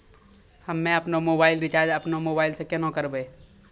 हम्मे आपनौ mobile recharge आपनौ मोबाइल से केना करवै?